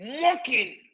mocking